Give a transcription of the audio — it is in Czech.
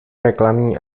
reklamní